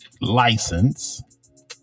license